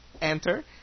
enter